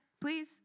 please